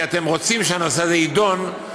כי אתם רוצים שהנושא הזה יידון,